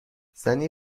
زنی